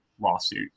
lawsuit